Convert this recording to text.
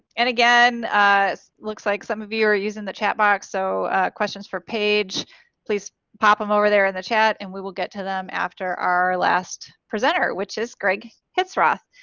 and again looks like some of you are using the chat box so questions for paige please pop them over there in the chat and we will get to them after our last presenter which is greg hitzroth,